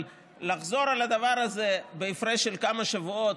אבל לחזור על הדבר הזה בהפרש של כמה שבועות,